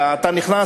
שאתה נכנס,